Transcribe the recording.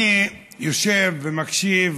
אני יושב ומקשיב